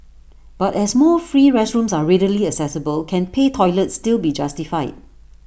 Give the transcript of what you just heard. but as more free restrooms are readily accessible can pay toilets still be justified